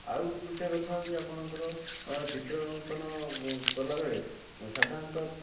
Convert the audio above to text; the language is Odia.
ଆହୁରି ଗୋଟିଏ କଥା ହେଉଛି ଆପଣଙ୍କର ଚିତ୍ର ଅଙ୍କନ କଲାବେଳେ ସାଧାରଣତଃ